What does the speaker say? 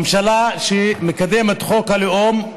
ממשלה שמקדמת את חוק הלאום,